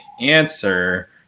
answer